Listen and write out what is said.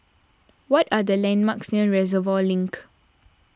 what are the landmarks near Reservoir Link